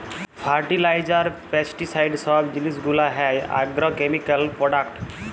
fertiliser, pesticide সব জিলিস গুলা হ্যয় আগ্রকেমিকাল প্রোডাক্ট